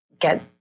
get